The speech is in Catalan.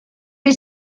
fer